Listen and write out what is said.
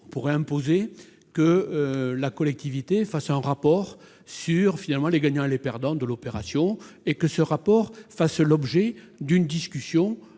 de périmètre, d'obliger la collectivité à faire un rapport sur les gagnants et les perdants de l'opération, et que ce rapport fasse l'objet d'une discussion